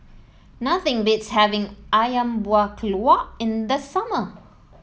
nothing beats having ayam Buah Keluak in the summer